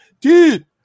dude